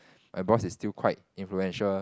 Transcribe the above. my boss is still quite influential